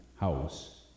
house